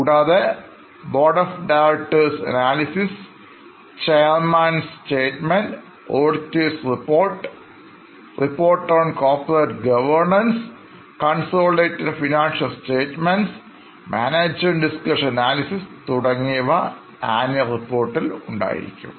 കൂടാതെ board of directors analysis chairman's statements auditor's report report on corporate governance consolidated financial statements management discussion and analysisതുടങ്ങിയവ annual റിപ്പോർട്ടിൽഉണ്ടായിരിക്കും